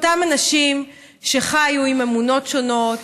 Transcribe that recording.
אותם אנשים שחיו עם אמונות שונות,